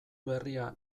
berria